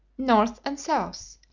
north and south,